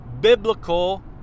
biblical